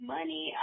Money